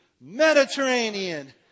Mediterranean